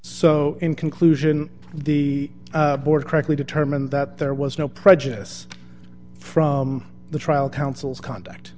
so in conclusion the board correctly determined that there was no prejudice from the trial counsel's con